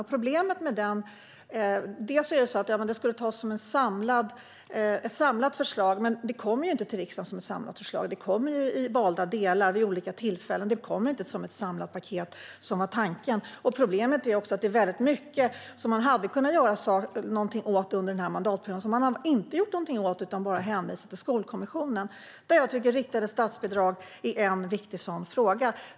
Ett problem med den är dock att dess förslag kom till riksdagen i valda delar vid olika tillfällen. Det kom inte ett samlat paket, vilket var tanken. Ett annat problem är att det är väldigt mycket som man hade kunnat göra någonting åt under den här mandatperioden men som man inte har gjort någonting åt; man bara hänvisar till Skolkommissionen. Jag tycker att riktade statsbidrag är en viktig sådan fråga.